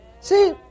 see